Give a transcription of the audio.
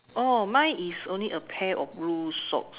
oh mine is only a pair of blue socks